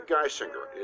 Geisinger